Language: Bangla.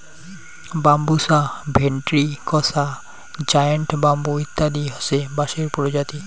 বাম্বুসা ভেন্ট্রিকসা, জায়ন্ট ব্যাম্বু ইত্যাদি হসে বাঁশের প্রজাতি